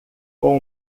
com